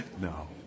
no